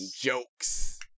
jokes